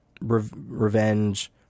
revenge